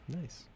Nice